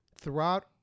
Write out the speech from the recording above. throughout